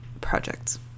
projects